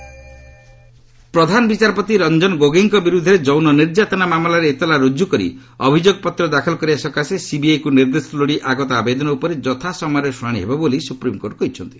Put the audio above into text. SC CJI ପ୍ରଧାନ ବିଚାରପତି ରଞ୍ଜନ ଗୋଗୋଇଙ୍କ ବିରୁଦ୍ଧରେ ଯୌନ ନିର୍ଯାତନା ମାମଲାରେ ଏତାଲା ରୁଜୁ କରି ଅଭିଯୋଗ ପତ୍ର ଦାଖଲ କରିବା ସକାଶେ ସିବିଆଇକୁ ନିର୍ଦ୍ଦେଶ ଲୋଡ଼ି ଆଗତ ଆବେଦନ ଉପରେ ଯଥାସମୟରେ ଶୁଣାଣି ହେବ ବୋଲି ସୁପ୍ରିମ୍କୋର୍ଟ କହିଛନ୍ତି